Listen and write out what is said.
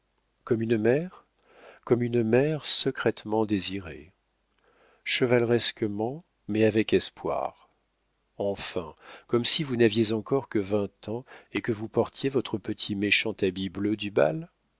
comme une mère comme une mère secrètement désirée chevaleresquement sans espoir chevaleresquement mais avec espoir enfin comme si vous n'aviez encore que vingt ans et que vous portiez votre petit méchant habit bleu du bal